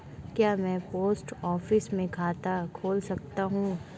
क्या मैं post office में खाता खोल सकता हूँ?